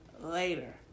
later